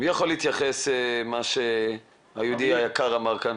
מי יכול להתייחס למה שהיהודי היקר אמר כאן?